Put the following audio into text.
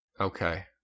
Okay